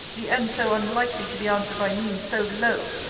the end so unlikely to be answered by means so low!